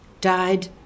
died